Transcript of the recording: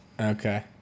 Okay